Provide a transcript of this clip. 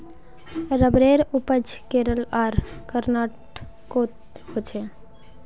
रबरेर उपज केरल आर कर्नाटकोत होछे